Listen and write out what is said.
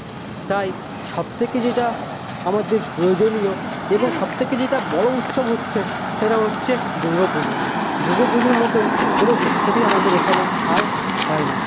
তাই সবথেকে যেটা আমাদের প্রয়োজনীয় এবং সবথেকে যেটা বড়ো উৎসব হচ্ছে সেটা হচ্ছে দুর্গা পুজো দুর্গা পুজোর মতন কোনো উৎসবই আমাদের এখানে আর হয় না